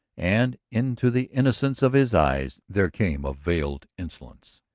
and into the innocence of his eyes there came a veiled insolence.